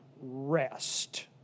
rest